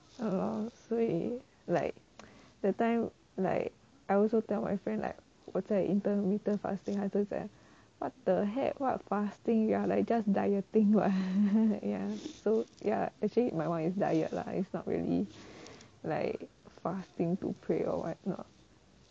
哦所以 like that time like I also tell my friend like 我在 intermittent fasting 他就讲 what the heck what fasting lah like just dieting [what] ya so ya actually my one is diet lah it's not really like fasting to pray or what not